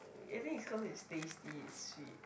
I think is cause he stated this is sweet